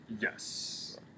Yes